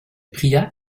pria